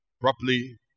properly